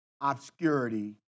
obscurity